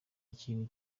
ikintu